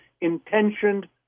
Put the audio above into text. intentioned